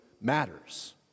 matters